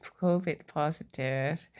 COVID-positive